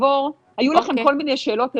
היו לכם כל מיני שאלות אליי,